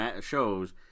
shows